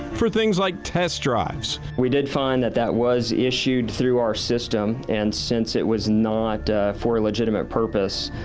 for things like test drives. we did find that that was issued through our system and since it was not for a legitimate purpose,